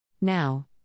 Now